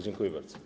Dziękuję bardzo.